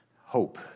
Hope